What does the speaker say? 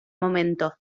momento